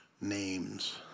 Names